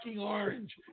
orange